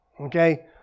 Okay